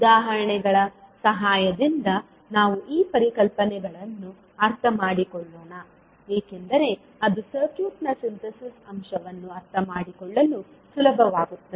ಉದಾಹರಣೆಗಳ ಸಹಾಯದಿಂದ ನಾವು ಈ ಪರಿಕಲ್ಪನೆಗಳನ್ನು ಅರ್ಥ ಮಾಡಿಕೊಳ್ಳೋಣ ಏಕೆಂದರೆ ಅದು ಸರ್ಕ್ಯೂಟ್ನ ಸಿಂಥೆಸಿಸ್ ಅಂಶವನ್ನು ಅರ್ಥಮಾಡಿಕೊಳ್ಳಲು ಸುಲಭವಾಗುತ್ತದೆ